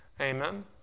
Amen